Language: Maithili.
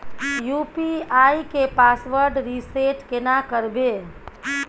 यु.पी.आई के पासवर्ड रिसेट केना करबे?